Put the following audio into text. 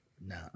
No